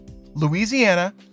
Louisiana